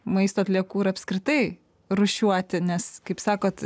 maisto atliekų ir apskritai rūšiuoti nes kaip sakot